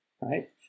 right